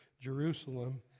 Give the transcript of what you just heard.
Jerusalem